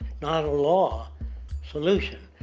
not a law. a solution.